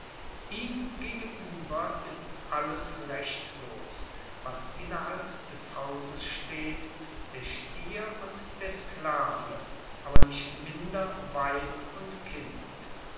ihm gegenueber ist alles rechtlos was innerhalb des hauses steht der stier und der sklave aber nicht minder weib und kind